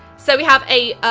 so we have a,